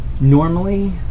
Normally